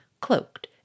cloaked